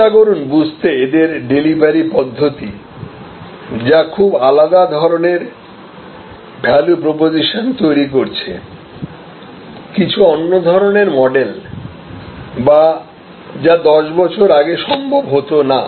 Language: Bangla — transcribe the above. চেষ্টা করুন বুঝতে এদের ডেলিভারি পদ্ধতি যা খুব আলাদা ধরনের ভ্যালু প্রপোজিশন তৈরি করছে কিছু অন্য ধরনের মডেল যা 10 বছর আগে সম্ভব হত না